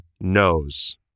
knows